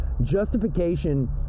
justification